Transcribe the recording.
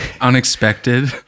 unexpected